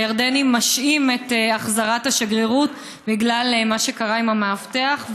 והירדנים משהים את החזרת השגרירות בגלל מה שקרה עם המאבטח.